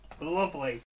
lovely